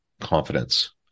confidence